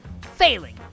failing